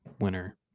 winner